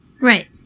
Right